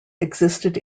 existed